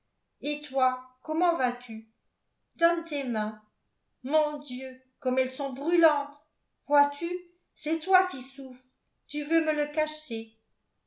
et toi comment vas-tu donne tes mains mon dieu comme elles sont brûlantes vois-tu c'est toi qui souffres tu veux me le cacher